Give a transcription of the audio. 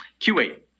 q8